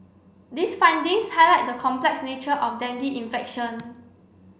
these findings highlight the complex nature of dengue infection